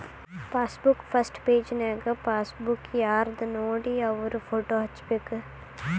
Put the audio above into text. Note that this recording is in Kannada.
ಪಾಸಬುಕ್ ಫಸ್ಟ್ ಪೆಜನ್ಯಾಗ ಪಾಸಬುಕ್ ಯಾರ್ದನೋಡ ಅವ್ರ ಫೋಟೋ ಹಚ್ಬೇಕ್